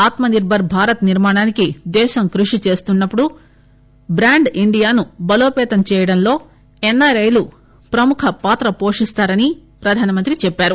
ఆత్మనిర్బర్ భారత్ నిర్మాణానికి దేశం కృషి చేస్తున్నప్పుడు ట్రాండ్ ఇండియాను బలోపతం చేయడంలో ఎన్నారైలు ప్రముఖ పాత్ర పోషిస్తారని ప్రధానమంత్రి చెప్పారు